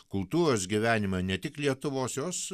kultūros gyvenimą ne tik lietuvos jos